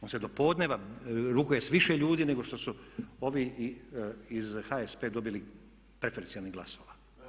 On se do podneva rukuje sa više ljudi nego što su ovi iz HSP dobili preferencijalnih glasova.